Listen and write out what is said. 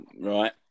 Right